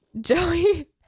Joey